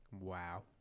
Wow